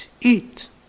eat